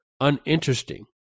uninteresting